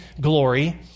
glory